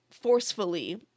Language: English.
forcefully